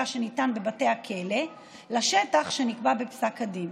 שניתן בבתי הכלא לשטח שנקבע בפסק הדין.